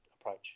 approach